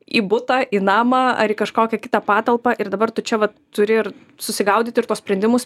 į butą į namą ar į kažkokią kitą patalpą ir dabar tu čia vat turi ir susigaudyt ir tuos sprendimus